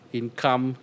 income